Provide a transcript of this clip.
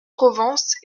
provence